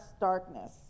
darkness